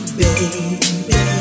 baby